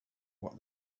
what